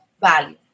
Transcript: value